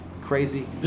crazy